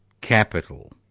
capital